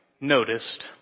noticed